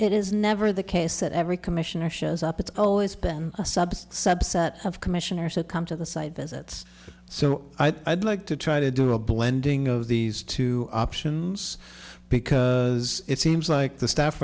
it is never the case that every commissioner shows up it's always been a subset subset of commissioners that come to the site visits so i'd like to try to do a blending of these two options because it seems like the staff